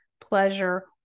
pleasure